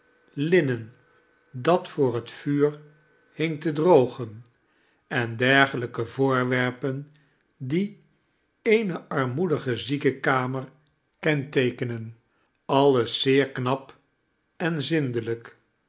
linnen dat voor het vuur hing te drogen en dergelijke voorwerpen die eene armoedige ziekenkamer kenteekenen alles zeer knap en zindelijk